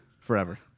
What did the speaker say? forever